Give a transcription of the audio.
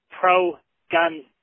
pro-gun